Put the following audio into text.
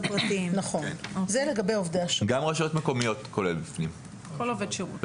שיש עמה קלון והמנהל הכללי סבור כי